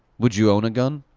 would you own a gun?